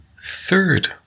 third